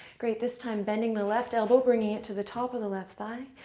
great. this time, bending the left elbow, bringing it to the top of the left thigh.